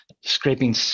scraping